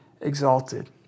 exalted